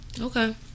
Okay